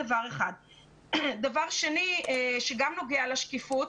דבר שני שגם נוגע לשקיפות.